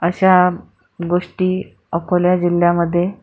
अशा गोष्टी अकोला जिल्ह्यामध्ये